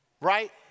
right